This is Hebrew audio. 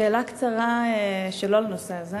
שאלה קצרה שלא על הנושא הזה.